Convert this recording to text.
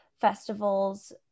festivals